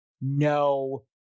no